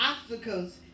obstacles